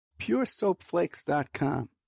puresoapflakes.com